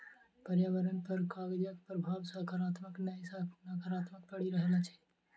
पर्यावरण पर कागजक प्रभाव साकारात्मक नै नाकारात्मक पड़ि रहल अछि